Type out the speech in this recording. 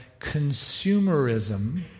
consumerism